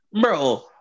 bro